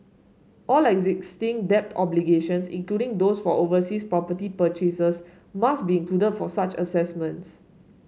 all existing debt obligations including those for overseas property purchases must be included for such assessments